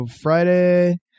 Friday